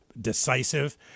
decisive